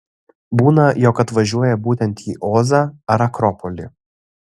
būna jog atvažiuoja būtent į ozą ar akropolį